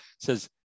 says